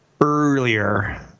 earlier